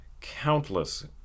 countless